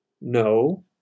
No